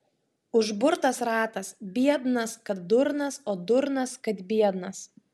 užburtas ratas biednas kad durnas o durnas kad biednas